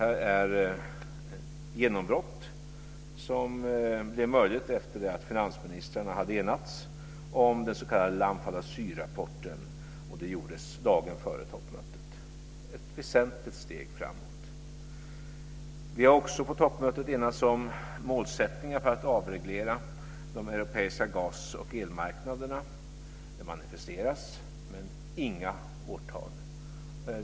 Här är ett genombrott som blev möjligt efter det att finansministrarna hade enats om den s.k. Lamfalussyrapporten. Det gjordes dagen före toppmötet. Det är ett väsentligt steg framåt. Det manifesteras, men inga årtal anges.